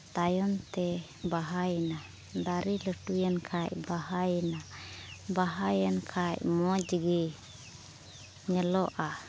ᱛᱟᱭᱚᱢ ᱛᱮ ᱵᱟᱦᱟᱭᱮᱱᱟ ᱫᱟᱨᱮ ᱞᱟᱹᱴᱩᱭᱮᱱ ᱠᱷᱟᱡ ᱵᱟᱦᱟᱭᱮᱱᱟ ᱵᱟᱦᱟᱭᱮᱱ ᱠᱷᱟᱡ ᱢᱚᱡᱽ ᱜᱮ ᱧᱮᱞᱚᱜᱼᱟ